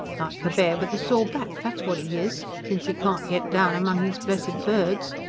like a bear with a sore back that's what e is, since e can't get down among his blessed birds.